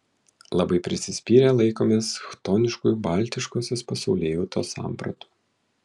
labai prisispyrę laikomės chtoniškųjų baltiškosios pasaulėjautos sampratų